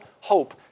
hope